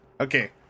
Okay